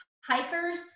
Hikers